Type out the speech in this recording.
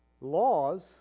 Laws